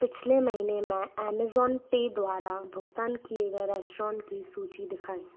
पिछले महीने में अमेज़न पे द्वारा भुगतान किए गए रेस्टरों की सूची दिखाएँ